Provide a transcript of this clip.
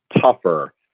tougher